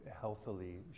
healthily